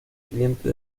cliente